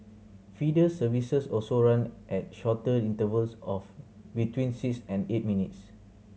feeder services also run at shorter intervals of between six and eight minutes